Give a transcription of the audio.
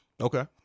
Okay